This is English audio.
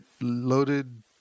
loaded